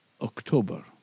October